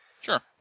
Sure